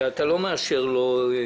שאתה לא מאשר לו.